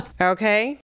Okay